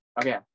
okay